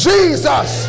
Jesus